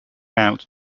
out